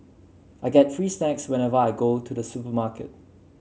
I get free snacks whenever I go to the supermarket